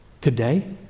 today